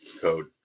code